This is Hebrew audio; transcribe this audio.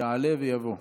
יעלה ויבוא.